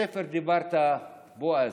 דיברת על בתי ספר, בועז.